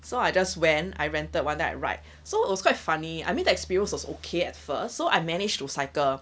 so I just went I rented one then I ride so it was quite funny I mean the experience was okay at first so I managed to cycle